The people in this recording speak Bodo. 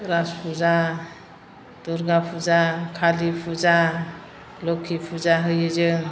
रास फुजा दुर्गा फुजा खालि फुजा लोक्षि फुजा होयो जों